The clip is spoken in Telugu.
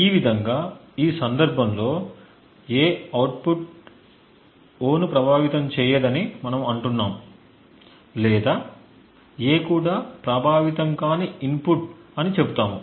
ఈ విధంగా ఈ సందర్భంలో A అవుట్పుట్ O ను ప్రభావితం చేయదని మనము అంటున్నాము లేదా A కూడా ప్రభావితం కాని ఇన్పుట్ అని చెప్తాము